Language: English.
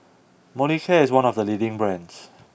Molicare is one of the leading brands